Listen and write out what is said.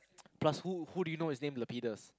plus who do you know is named Lapidas